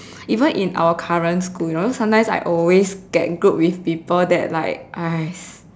even in our current school you know sometime I always get group with people that like !hais!